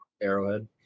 Arrowhead